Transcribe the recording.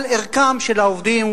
על ערכם של העובדים,